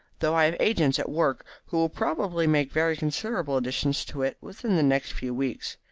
though i have agents at work who will probably make very considerable additions to it within the next few weeks.